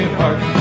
heart